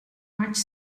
much